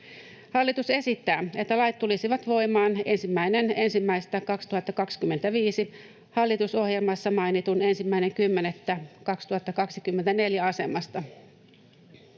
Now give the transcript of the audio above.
Hallitus esittää, että lait tulisivat voimaan 1.1.2025 hallitusohjelmassa mainitun 1.10.2024 sijasta.